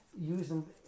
Using